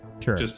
Sure